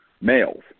males